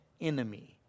enemy